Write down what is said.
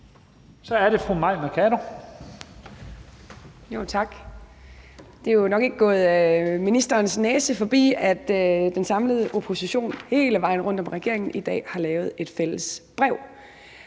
Kl. 11:56 Mai Mercado (KF): Tak. Det er jo nok ikke gået ministerens næse forbi, at den samlede opposition hele vejen rundt om regeringen i dag har lavet et fælles brev,